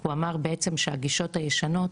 הוא אמר בעצם שהגישות הישנות